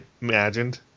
imagined